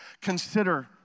consider